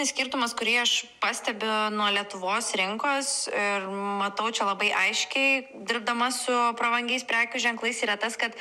skirtumas kurį aš pastebiu nuo lietuvos rinkos ir matau čia labai aiškiai dirbdama su prabangiais prekių ženklais yra tas kad